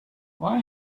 why